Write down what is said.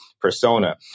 persona